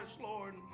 Lord